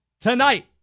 Tonight